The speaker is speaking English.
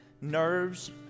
nerves